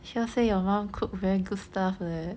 需要 say your mum cook very good stuff leh